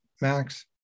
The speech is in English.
Max